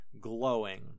glowing